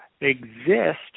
exist